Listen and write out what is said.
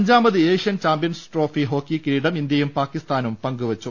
അഞ്ചാമത് Asian champions trophy hockey കിരീടം ഇന്ത്യയും പാകിസ്ഥാനും പങ്കുവെച്ചു